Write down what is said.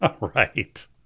Right